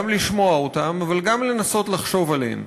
גם לשמוע אותם, אבל גם לנסות לחשוב עליהם.